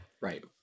Right